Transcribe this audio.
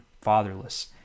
fatherless